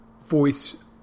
voice